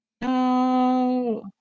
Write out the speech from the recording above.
No